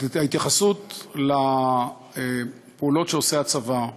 תוך כדי הפיגוע אתמול,